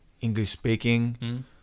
English-speaking